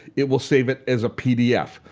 it will save it as a pdf.